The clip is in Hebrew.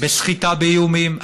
בסחיטה באיומים.